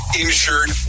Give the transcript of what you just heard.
insured